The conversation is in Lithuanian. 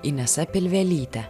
inesa pilvelyte